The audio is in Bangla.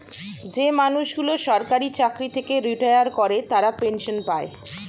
যে মানুষগুলো সরকারি চাকরি থেকে রিটায়ার করে তারা পেনসন পায়